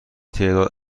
تعداد